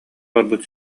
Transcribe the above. барбыт